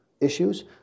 issues